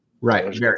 right